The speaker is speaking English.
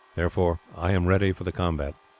therefore i am ready for the combat.